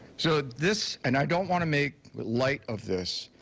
so this, and i don't want to make light of this,